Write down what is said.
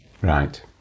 Right